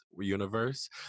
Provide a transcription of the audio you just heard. universe